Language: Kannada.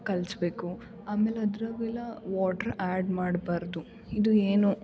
ಕಲಸ್ಬೇಕು ಆಮೇಲೆ ಅದ್ರಗೆಲ್ಲ ವಾಟ್ರ್ ಆ್ಯಡ್ ಮಾಡಬಾರ್ದು ಇದು ಏನು